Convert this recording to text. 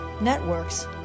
networks